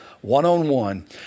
one-on-one